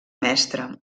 mestra